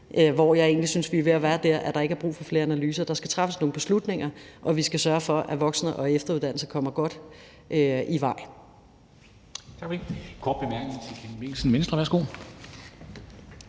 hvor jeg egentlig synes, at vi er ved at være der, hvor der ikke er brug for flere analyser. Der skal træffes nogle beslutninger, og vi skal sørge for, at voksen- og efteruddannelser kommer godt i vej.